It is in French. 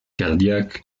cardiaque